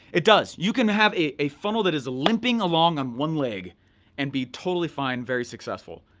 it does. you can have a a funnel that is limping along on one leg and be totally fine, very successful.